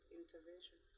intervention